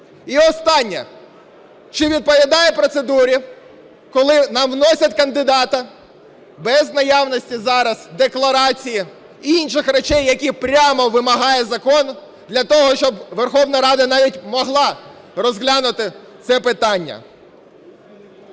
І останнє. Чи відповідає процедурі, коли нам вносять кандидата без наявності зараз декларації і інших речей, які прямо вимагає закон, для того щоб Верховна Рада навіть могла розглянути це питання?